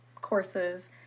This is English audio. courses